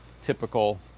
typical